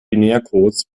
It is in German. binärcodes